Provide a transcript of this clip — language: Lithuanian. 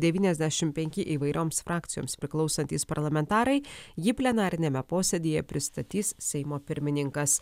devyniasdešim penki įvairioms frakcijoms priklausantys parlamentarai jį plenariniame posėdyje pristatys seimo pirmininkas